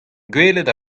gwelet